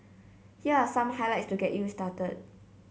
here are some highlights to get you started